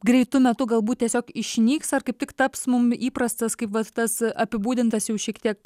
greitu metu galbūt tiesiog išnyks ar kaip tik taps mum įprastas kaip vat tas apibūdintas jau šiek tiek